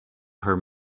her